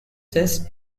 this